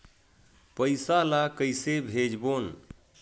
पईसा ला कइसे भेजबोन?